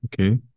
okay